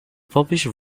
published